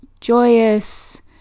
joyous